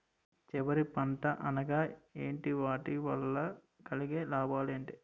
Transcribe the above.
చివరి పంట అనగా ఏంటి వాటి వల్ల కలిగే లాభాలు ఏంటి